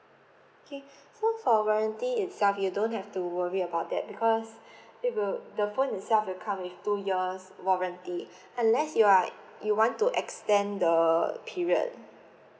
okay so for warranty itself you don't have to worry about that because it will the phone itself will come with two years warranty unless you are you want to extend the period